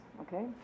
okay